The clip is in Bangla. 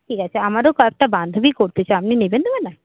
ঠিক আছে আমারও কয়েকটা বান্ধবী করতে চায় আপনি নেবেন তো ম্যাডাম